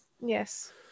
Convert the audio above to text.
Yes